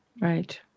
Right